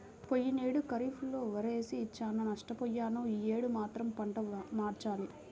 పోయినేడు ఖరీఫ్ లో వరేసి చానా నష్టపొయ్యాను యీ యేడు మాత్రం పంట మార్చాలి